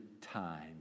time